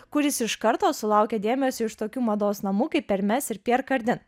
kuris iš karto sulaukė dėmesio iš tokių mados namų kaip per mes ir pier kardin